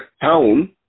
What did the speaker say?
town